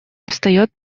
встаёт